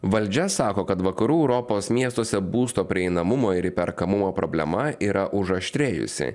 valdžia sako kad vakarų europos miestuose būsto prieinamumo ir įperkamumo problema yra užaštrėjusi